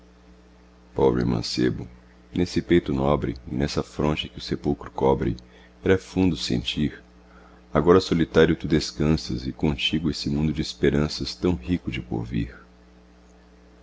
pobre mancebo nesse peito nobre e nessa fronte que o sepulcro cobre era fundo o sentir agora solitário tu descansas e contigo esse mundo de esperanças tão rico de porvir